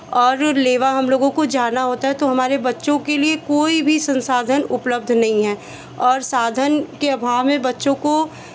और ओ लेवा हम लोगों को जाना होता है तो हमारे बच्चों के लिए कोई भी संसाधन उपलब्ध नहीं हैं और साधन के अभाव में बच्चों को